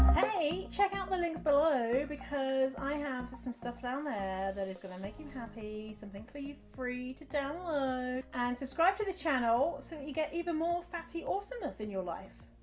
hey, check out the links below because i have some stuff down there that is gonna make you happy. something for you free to download. and subscribe to this channel so you get even more fatty awesomeness in your life!